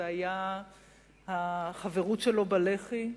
זה היה החברות שלו בלח"י.